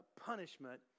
punishment